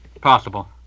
Possible